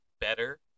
better